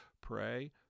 pray